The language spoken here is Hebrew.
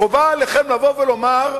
חובה עליכם לומר: